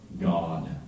God